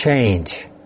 change